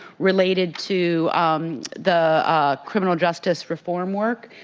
related to the criminal justice reform work,